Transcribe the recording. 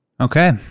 Okay